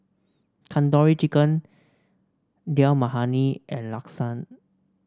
Tandoori Chicken Dal Makhani and Lasagne